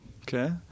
Okay